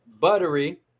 buttery